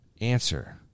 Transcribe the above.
Answer